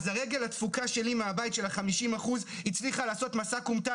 אז הרגל הדפוקה שלי מהבית של ה-50 אחוז הצליחה לעשות מסע כומתה,